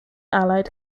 allied